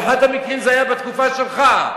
ואחד המקרים היה בתקופה שלך,